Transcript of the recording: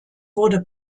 wurde